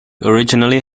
originally